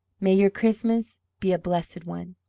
may your christmas be a blessed one.